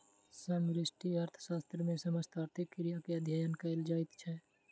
समष्टि अर्थशास्त्र मे समस्त आर्थिक क्रिया के अध्ययन कयल जाइत अछि